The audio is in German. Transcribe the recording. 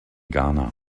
ghana